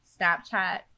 Snapchat